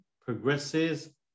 progresses